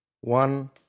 one